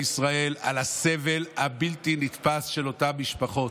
בישראל, על הסבל הבלתי-נתפס של אותן משפחות.